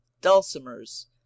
dulcimers